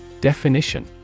Definition